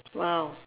!wow!